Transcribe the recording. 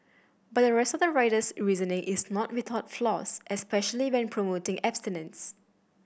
but the rest of the writer's reasoning is not without flaws especially when promoting abstinence